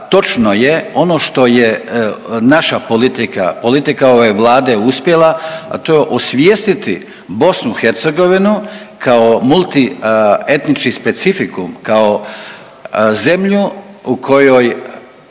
točno je ono što je naša politika, politika ove Vlade uspjela, a to je osvijestiti BiH kao multietnički specifikum, kao zemlju u kojoj